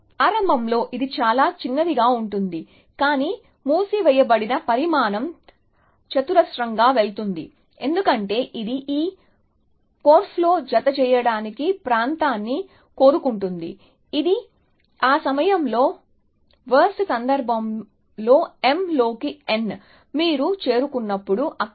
ప్రారంభంలో ఇది చాలా చిన్నదిగా ఉంటుంది కానీ మూసివేయబడిన పరిమాణం చతురస్రంగా వెళుతుంది ఎందుకంటే ఇది ఈ కోర్ఫ్లో జతచేయబడిన ప్రాంతాన్ని కోరుకుంటుంది ఇది ఆ సమయంలో చెత్త సందర్భంలో m లోకి n మీరు చేరుకున్నప్పుడు అక్కడ